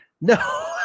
No